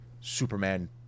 Superman